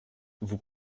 vous